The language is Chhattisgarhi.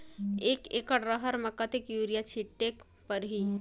एक एकड रहर म कतेक युरिया छीटेक परही?